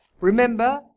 Remember